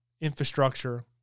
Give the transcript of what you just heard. infrastructure